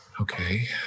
Okay